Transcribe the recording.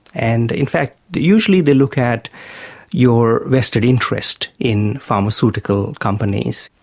and in fact usually they look at your vested interest in pharmaceutical companies,